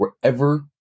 wherever